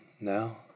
now